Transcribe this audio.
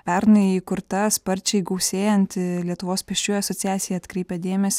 pernai įkurta sparčiai gausėjanti lietuvos pėsčiųjų asociacija atkreipė dėmesį